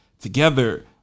together